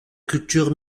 culture